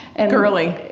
and, girly,